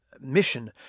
mission